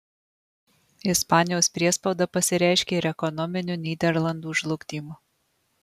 ispanijos priespauda pasireiškė ir ekonominiu nyderlandų žlugdymu